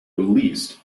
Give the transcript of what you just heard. released